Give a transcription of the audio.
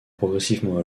progressivement